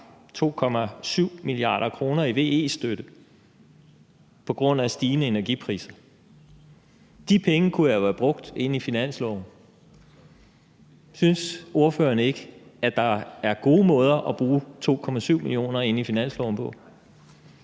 2,7 mia. kr. i VE-støtte på grund af stigende energipriser. De penge kunne jo være brugt i finansloven. Synes ordføreren ikke, at der er gode måder at bruge 2,7 mia. kr. i finansloven på?